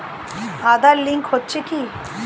Aadhaar link হচ্ছে কি?